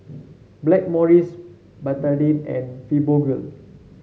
Blackmores Betadine and Fibogel